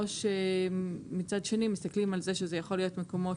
או שמצד שני מסתכלים על זה שזה יכול להיות מקומות